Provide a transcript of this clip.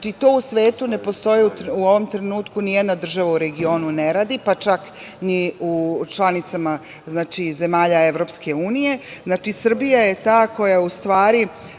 Znači, to u svetu ne postoji. U ovom trenutku nijedna država u regionu ne radi, pa čak ni u članicama zemalja EU. Znači, Srbija je ta koja kroz